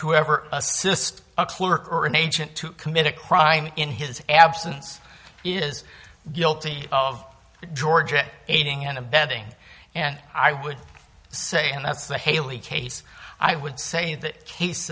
whoever assist a clerk or an agent to commit a crime in his absence is guilty of georgia aiding and abetting and i would say and that's the haley case i would say that cas